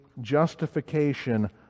justification